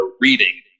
reading